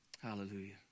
Hallelujah